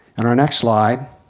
and our next slide